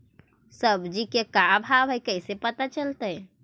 सब्जी के का भाव है कैसे पता चलतै?